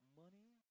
money